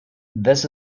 this